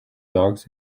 dogs